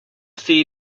see